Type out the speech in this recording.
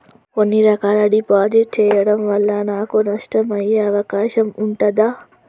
కొన్ని రకాల డిపాజిట్ చెయ్యడం వల్ల నాకు నష్టం అయ్యే అవకాశం ఉంటదా?